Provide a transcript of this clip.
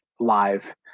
live